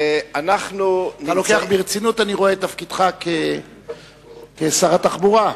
אתה לוקח ברצינות את תפקידך כשר התחבורה.